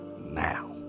now